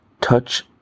touch